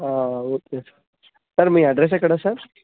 okay sir sir మీ address ఎక్కడ sir